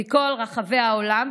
מכל רחבי העולם,